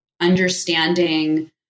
understanding